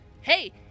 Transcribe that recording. hey